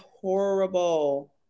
horrible